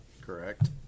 Correct